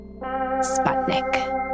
Sputnik